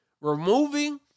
Removing